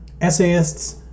essayists